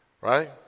right